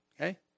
Okay